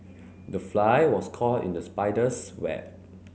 the fly was caught in the spider's web